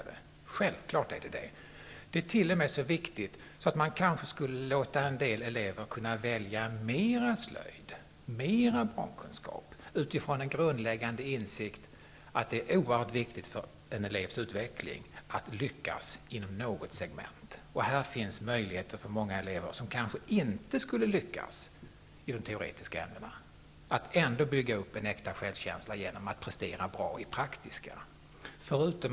Det är t.o.m. så viktigt att man kanske skulle kunna låta en del elever välja mer av slöjd och barnkunskap utifrån den grundläggande insikten att det är oerhört viktigt för en elevs utveckling att lyckas i något segment. Här finns alltså möjligheter för många elever som kanske inte lyckas i de teoretiska ämnena att bygga upp en äkta självkänsla genom att prestera bra i praktiska ämnen.